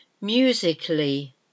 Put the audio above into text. musically